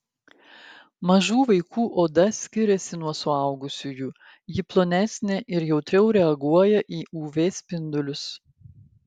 mažų vaikų oda skiriasi nuo suaugusiųjų ji plonesnė ir jautriau reaguoja į uv spindulius